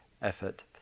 Effort